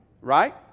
right